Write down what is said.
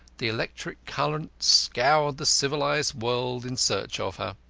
the electric current scoured the civilised world in search of her.